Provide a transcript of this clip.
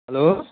hello